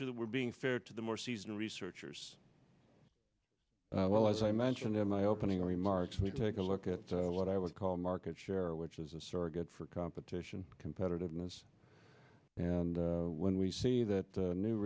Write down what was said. sure that we're being fair to the more seasoned researchers well as i mentioned in my opening remarks we take a look at what i would call market share which is a surrogate for competition competitiveness and when we see that